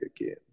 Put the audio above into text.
again